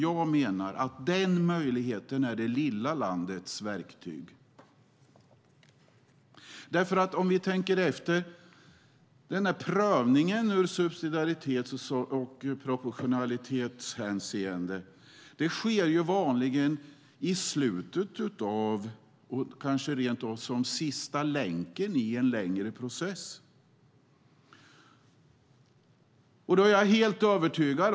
Jag menar att den möjligheten är det lilla landets verktyg. Om vi tänker efter så sker prövningen ur subsidiaritets och proportionalitetshänseende vanligen i slutet av, kanske rent av som sista länken i, en längre process.